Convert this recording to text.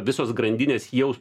visos grandinės jau